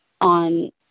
on